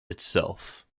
itself